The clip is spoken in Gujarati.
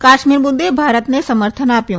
કાશ્મિર મુદૈ ભારતને સમર્થન આપ્યું